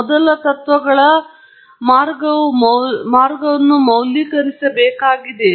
ಮೊದಲ ತತ್ವಗಳ ಮಾರ್ಗವೂ ಮೌಲ್ಯೀಕರಿಸಬೇಕಾಗಿದೆ